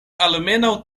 almenaŭ